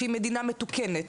שהיא מדינה מתוקנת,